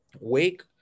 Wake